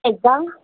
exam